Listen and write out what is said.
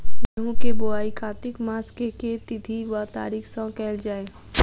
गेंहूँ केँ बोवाई कातिक मास केँ के तिथि वा तारीक सँ कैल जाए?